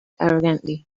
arrogantly